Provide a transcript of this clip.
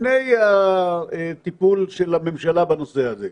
לפני הטיפול של הממשלה בנושא הזה?